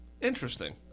Interesting